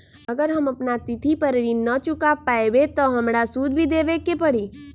अगर हम अपना तिथि पर ऋण न चुका पायेबे त हमरा सूद भी देबे के परि?